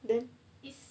then is